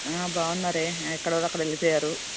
బాగున్నారే ఎక్కడోళ్ళు అక్కడ వెళ్ళిపోయారు